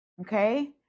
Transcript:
Okay